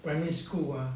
primary school ah